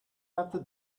after